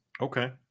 Okay